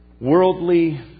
Worldly